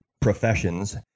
professions